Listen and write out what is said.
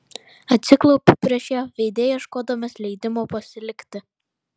atsiklaupiu prieš ją veide ieškodamas leidimo pasilikti